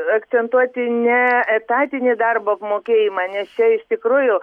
akcentuoti ne etatinį darbo apmokėjimą nes čia iš tikrųjų